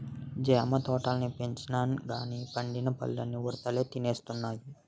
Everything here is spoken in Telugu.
జామ తోటల్ని పెంచినంగానీ పండిన పల్లన్నీ ఉడతలే తినేస్తున్నాయి